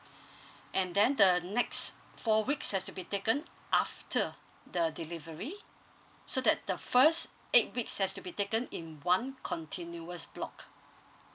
and then the next four weeks has to be taken after the delivery so that the first eight weeks has to be taken in one continuous block